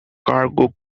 cargo